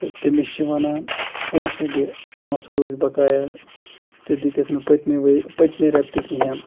تہٕ تٔمِس چھِ وَنان پونٛسہٕ دِ پونٛسہٕ روٗدۍ بَقایت ژےٚ دِتِتھ نہٕ پٔتمہِ ؤرۍ پٔتمہِ رٮ۪تہٕ تہِ کِہیٖنۍ